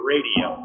Radio